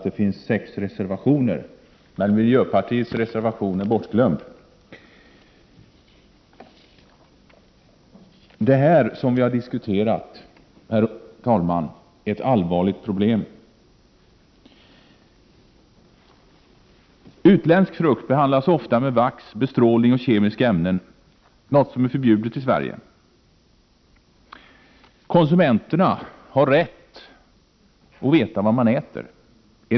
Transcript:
Herr talman! Jag vill börja med att peka på ett fel på första sidan i betänkandet. Man säger där att det finns sex reservationer. Sedan nämner man de partier som har avgett reservationerna. Men man glömmer miljöpartiet. Det som har diskuterats i den här debatten utgör ett allvarligt problem. Utländsk frukt behandlas ofta med vax eller kemiska ämnen. Ofta bestrålas den också. Detta är förbjudet i Sverige. Men konsumenterna har rätt att få veta vad de äter.